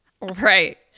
Right